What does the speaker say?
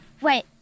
Wait